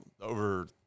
over